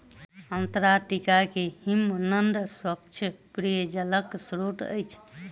Antarctica के हिमनद स्वच्छ पेयजलक स्त्रोत अछि